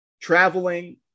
traveling